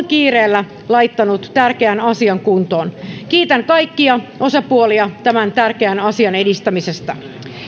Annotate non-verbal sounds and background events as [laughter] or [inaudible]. [unintelligible] kiireellä laittanut tärkeän asian kuntoon kiitän kaikkia osapuolia tämän tärkeän asian edistämisestä